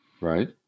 right